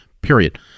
Period